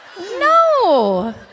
No